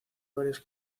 varias